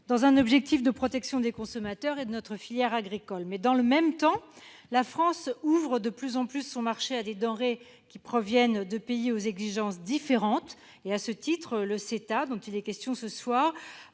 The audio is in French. dans un objectif de protection des consommateurs et de notre filière agricole. Dans le même temps, la France ouvre de plus en plus son marché à des denrées provenant de pays aux exigences différentes. À ce titre, le CETA permet au Canada